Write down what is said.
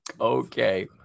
okay